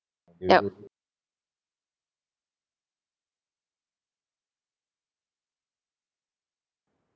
yup